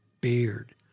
beard